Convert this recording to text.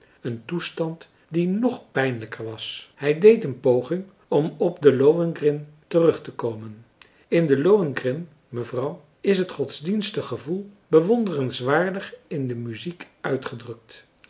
een toestand die nog pijnlijker was hij deed een poging om op den lohengrin terugtekomen in den lohengrin mevrouw is het godsdienstig gevoel bewonderenswaardig in de muziek uitgedrukt